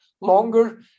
longer